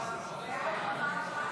4 נתקבלו.